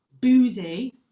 Boozy